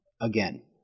again